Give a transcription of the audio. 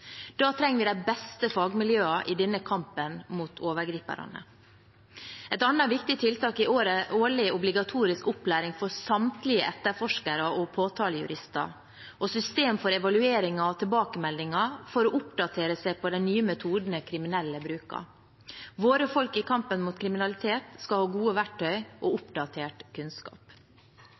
Da trenger vi de beste fagmiljøene i kampen mot overgriperne. Et annet viktig tiltak er en årlig obligatorisk opplæring for samtlige etterforskere og påtalejurister og systemer for evalueringer og tilbakemeldinger for at de skal kunne oppdatere seg på de nye metodene kriminelle bruker. Våre folk i kampen mot kriminalitet skal ha gode verktøy og oppdatert kunnskap.